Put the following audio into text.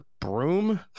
broom